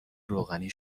روغنی